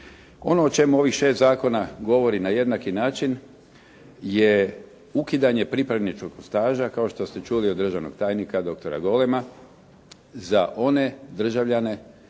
Ono o čemu ovih šest zakona govori na jednaki način je ukidanje pripravničkog staža kao što ste čuli od državnog tajnika dr. Golema za one državljane koji